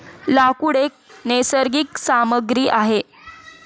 लाकूड एक नैसर्गिक सामग्री आहे